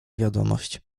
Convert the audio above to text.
wiadomość